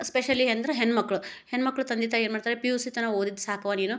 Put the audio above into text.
specially ಅಂದರೆ ಹೆಣ್ಮಕ್ಳು ಹೆಣ್ಮಕ್ಳ ತಂದೆ ತಾಯಿ ಏನು ಮಾಡ್ತಾರೆ ಪಿ ಯು ಸಿ ತನಕ ಓದಿದ್ದು ಸಾಕವ್ವ ನೀನು